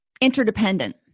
interdependent